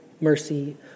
mercy